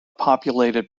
populated